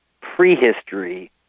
prehistory